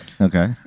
Okay